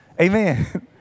Amen